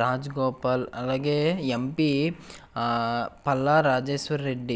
రాజగోపాల్ అలాగే ఎంపీ పల్లా రాజేశ్వర్ రెడ్డి